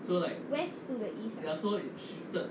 west to the east ah